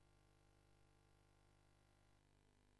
שעסקה